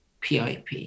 PIP